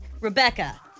Rebecca